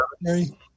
Mary